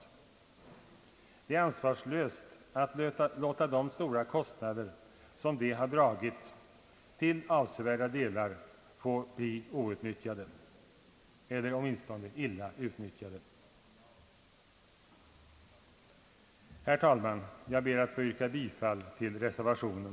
Det är ansvarslöst att låta de stora kostnader som detta projekt har dragit till avsevärda delar få bli outnyttjade, eller åtminstone illa utnyttjade. Jag ber, herr talman, att få yrka bifall till reservationen.